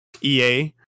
EA